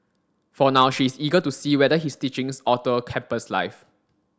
for now she is eager to see whether his teachings alter campus life